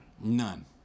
None